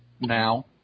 Now